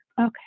okay